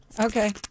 Okay